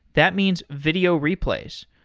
that means video replays.